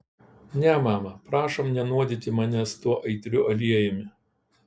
ne mama prašom nenuodyti manęs tuo aitriu aliejumi